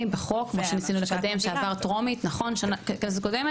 היציאה לחל"ת